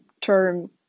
term